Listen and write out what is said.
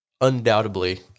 undoubtedly